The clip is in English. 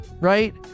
right